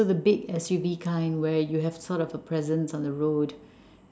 so the big S_U_V kind where you have sort of a presence on the road